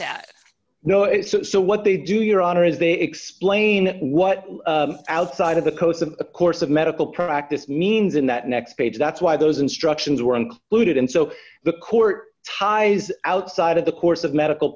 that no it's so what they do your honor is they explain what outside of the coast of a course of medical practice means in that next page that's why those instructions were included and so the court ties outside of the course of medical